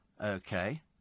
Okay